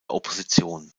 opposition